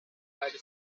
might